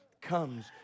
comes